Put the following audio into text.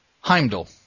Heimdall